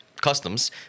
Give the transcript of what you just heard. customs